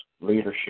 leadership